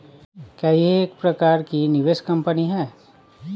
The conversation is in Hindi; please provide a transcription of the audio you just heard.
क्या यह एक प्रकार की निवेश कंपनी है?